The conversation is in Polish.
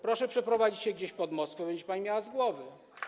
Proszę przeprowadzić się gdzieś pod Moskwę, będzie to pani miała z głowy.